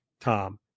Tom